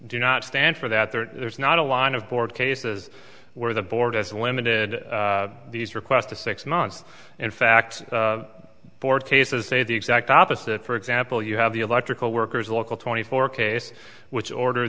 do not stand for that there is not a line of board cases where the board as limited these requests to six months in fact board cases say the exact opposite for example you have the electrical workers local twenty four case which order